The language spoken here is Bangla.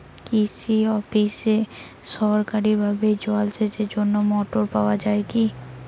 কৃষি অফিসে সরকারিভাবে জল সেচের জন্য মোটর পাওয়া যায় কি?